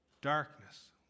Darkness